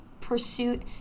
pursuit